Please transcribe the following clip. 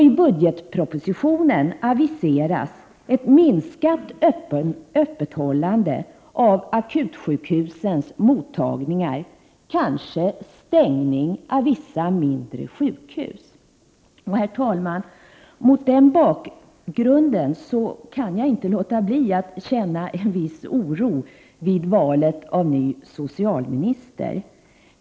I budgetpropositionen aviseras ett minskat öppethållande av akutsjukhusens mottagningar och kanske stängning av vissa mindre sjukhus. Herr talman! Mot denna bakgrund kan jag inte låta bli att känna en viss oro för valet av ny socialminister.